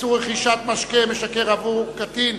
איסור רכישת משקה משכר עבור קטין),